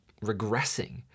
regressing